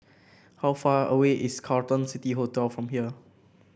how far away is Carlton City Hotel from here